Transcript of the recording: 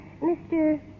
Mr